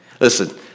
Listen